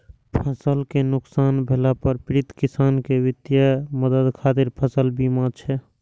फसल कें नुकसान भेला पर पीड़ित किसान कें वित्तीय मदद खातिर फसल बीमा छै